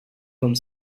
home